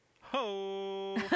Ho